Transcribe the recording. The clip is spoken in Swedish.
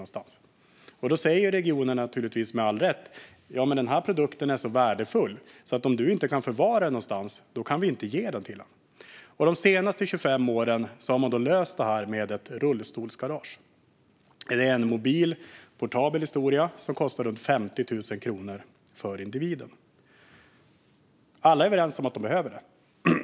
Regionen säger då - naturligtvis med all rätt - att produkten är så värdefull att om man inte kan förvara den någonstans kan regionen inte ge den till personen i fråga. De senaste 25 åren har man löst detta med ett rullstolsgarage. Det är en mobil, portabel historia som kostar runt 50 000 kronor för individen. Alla är överens om att dessa behövs.